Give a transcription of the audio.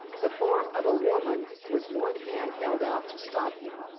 the form of a woman with one hand held out to stop him.